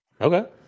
Okay